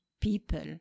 people